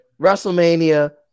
WrestleMania